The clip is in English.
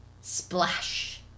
Splash